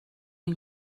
این